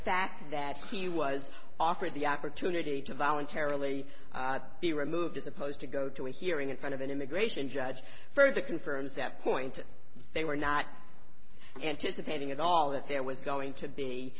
fact that he was offered the opportunity to voluntarily be removed as opposed to go to a hearing in front of an immigration judge further confirms that point they were not anticipating at all that there was going to be